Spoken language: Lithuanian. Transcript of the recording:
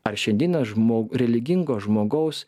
ar šiandieną žmo religingo žmogaus